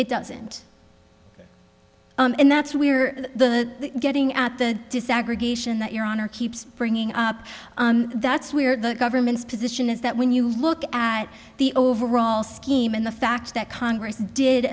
it doesn't and that's where the getting at the desegregation that your honor keeps bringing up that's where the government's position is that when you look at the overall scheme and the fact that congress did